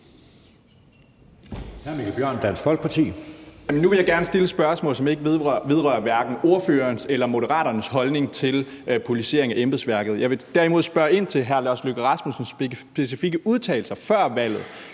Nu vil jeg gerne stille et spørgsmål, som ikke vedrører hverken ordførerens eller Moderaternes holdning til politisering af embedsværket. Jeg vil derimod spørge ind til hr. Lars Løkke Rasmussens specifikke udtalelser før valget.